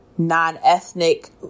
non-ethnic